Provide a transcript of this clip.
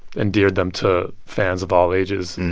endeared them to fans of all ages,